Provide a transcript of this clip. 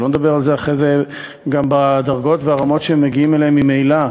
שלא לדבר על הדרגות והרמות שהם מגיעים אליהן ממילא,